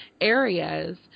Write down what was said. areas